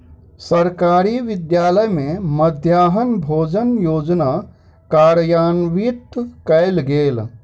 सरकारी विद्यालय में मध्याह्न भोजन योजना कार्यान्वित कयल गेल